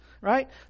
Right